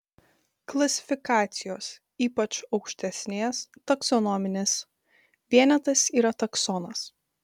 klasifikacijos ypač aukštesnės taksonominės vienetas yra taksonas